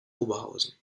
oberhausen